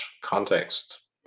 context